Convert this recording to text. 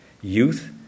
Youth